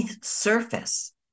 surface